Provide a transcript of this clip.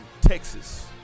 Texas